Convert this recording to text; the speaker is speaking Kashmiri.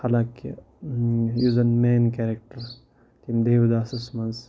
حالانکہ یُس زَن مین کیریکٹَر تٔمۍ دیوداسَس منٛز